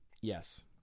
Yes